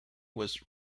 was